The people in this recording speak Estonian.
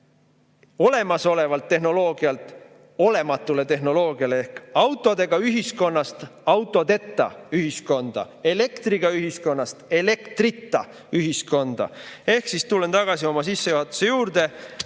olemasolevalt tehnoloogialt olematule tehnoloogiale ehk autodega ühiskonnast autodeta ühiskonda, elektriga ühiskonnast elektrita ühiskonda. Ehk tulen tagasi oma sissejuhatuse juurde.